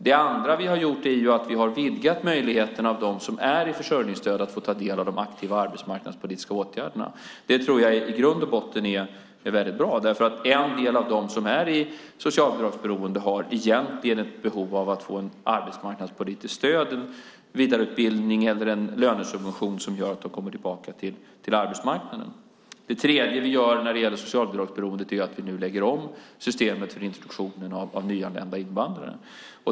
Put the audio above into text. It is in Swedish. Det andra vi gjort är att vidga möjligheterna för dem som har försörjningsstöd att få ta del av de aktiva arbetsmarknadspolitiska åtgärderna. Det tror jag i grund och botten är mycket bra. En del av dem som är i socialbidragsberoende har egentligen ett behov av att få arbetsmarknadspolitiskt stöd, vidareutbildning eller en lönesubvention som gör att de kommer tillbaka till arbetsmarknaden. Det tredje vi gör vad gäller socialbidragsberoendet är att vi nu lägger om systemet för introduktionen av nyanlända invandrare.